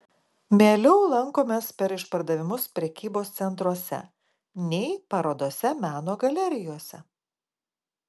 mieliau lankomės per išpardavimus prekybos centruose nei parodose meno galerijose